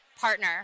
partner